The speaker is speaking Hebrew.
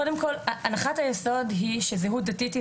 קודם כל הנחת היסוד היא שזהות דתית היא